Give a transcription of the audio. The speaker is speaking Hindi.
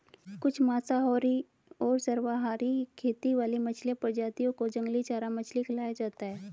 कुछ मांसाहारी और सर्वाहारी खेती वाली मछली प्रजातियों को जंगली चारा मछली खिलाया जाता है